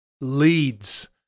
leads